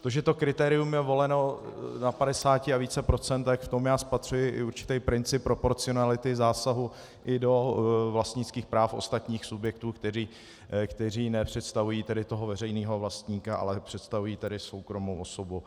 To, že to kritérium je voleno na 50 a více procentech, v tom já spatřuji i určitý princip proporcionality zásahu i do vlastnických práv ostatních subjektů, které nepředstavují veřejného vlastníka, ale představují soukromou osobu.